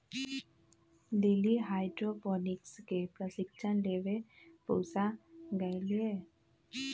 lily hydroponics के प्रशिक्षण लेवे पूसा गईलय